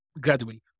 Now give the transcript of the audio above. gradually